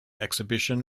exhibition